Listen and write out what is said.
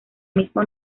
misma